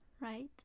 right